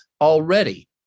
already